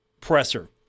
presser